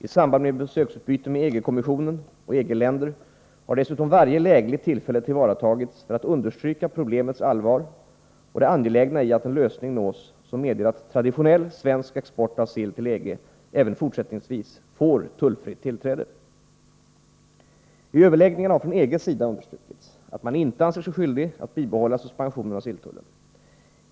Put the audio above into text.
I samband med besöksutbyte med EG-kommissionen och EG-länderna har dessutom varje lägligt tillfälle tillvaratagits för att understryka problemets allvar och det angelägna i att en lösning nås som medger att traditionell svensk export av sill till EG även fortsättningsvis får tullfritt tillträde. I överläggningarna har från EG:s sida understrukits att man inte anser sig skyldig att bibehålla suspensionen av silltullen.